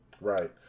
Right